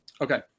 Okay